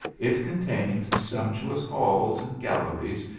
it contains sumptuous halls and galleries,